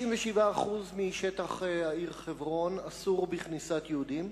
97% משטח העיר חברון אסור בכניסת יהודים.